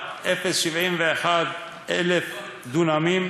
51,071 דונמים,